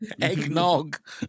eggnog